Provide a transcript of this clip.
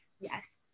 Yes